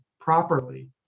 properly